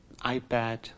iPad